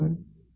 તો આ 2d છે